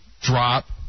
drop